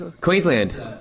Queensland